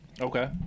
Okay